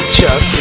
Chuck